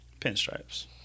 Pinstripes